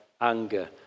anger